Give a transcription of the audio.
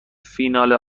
فینال